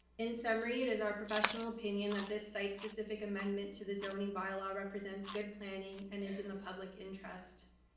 in summary it is our professional opinion that this site specific amendment to the zoning bylaw represents good planning and is in the public interest.